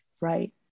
Right